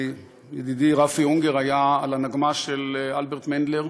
ידידי רפי אונגר היה על הנגמ"ש של אלברט מנדלר,